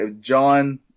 John